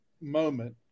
moment